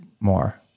more